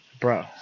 bro